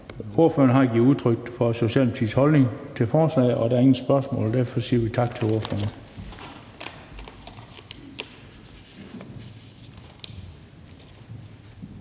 Ordføreren har givet udtryk for Socialdemokratiets holdning til forslaget, og der er ingen spørgsmål. Derfor siger vi tak til ordføreren.